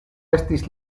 estis